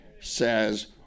says